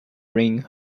ring